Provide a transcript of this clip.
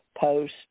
post